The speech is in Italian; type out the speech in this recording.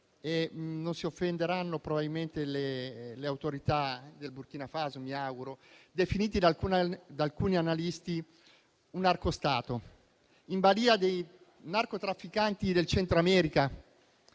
che non si offenderanno le autorità del Burkina Faso - definiti da alcuno analisti un narco-Stato, in balia dei narcotrafficanti del Centro America,